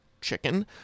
Chicken